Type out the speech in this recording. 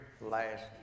last